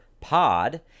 Pod